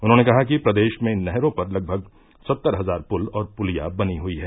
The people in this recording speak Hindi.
उन्होंने कहा कि प्रदेश में नहरों पर लगभग सत्तर हजार पुल और पुलिया बनी हुयी हैं